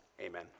amen